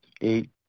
eight